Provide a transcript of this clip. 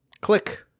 Click